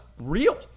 real